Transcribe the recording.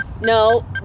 No